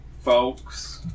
Folks